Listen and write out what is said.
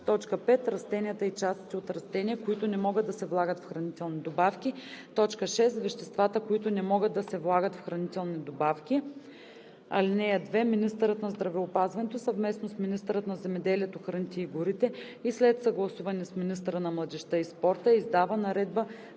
добавки; 5. растенията и частите от растения, които не могат да се влагат в хранителни добавки; 6. веществата, които не могат да се влагат в хранителни добавки. (2) Министърът на здравеопазването съвместно с министъра на земеделието, храните и горите и след съгласуване с министъра на младежта и спорта издава наредба